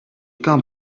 come